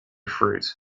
fruit